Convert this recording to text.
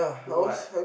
do what